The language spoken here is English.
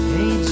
Hey